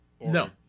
No